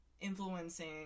influencing